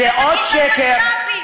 זה עוד שקר.